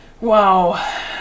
Wow